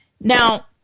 Now